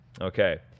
Okay